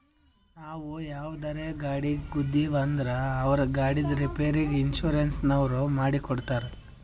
ನಾವು ಯಾವುದರೇ ಗಾಡಿಗ್ ಗುದ್ದಿವ್ ಅಂದುರ್ ಅವ್ರ ಗಾಡಿದ್ ರಿಪೇರಿಗ್ ಇನ್ಸೂರೆನ್ಸನವ್ರು ಮಾಡಿ ಕೊಡ್ತಾರ್